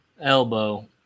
Elbow